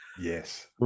Yes